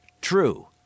true